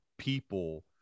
people